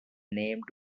named